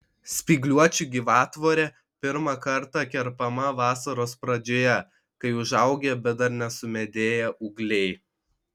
spygliuočių gyvatvorė pirmą kartą kerpama vasaros pradžioje kai užaugę bet dar nesumedėję ūgliai